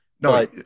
No